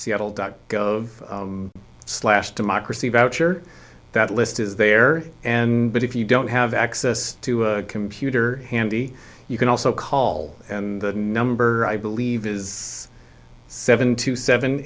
seattle dot gov slash democracy voucher that list is there and but if you don't have access to a computer handy you can also call the number i believe is seven to seven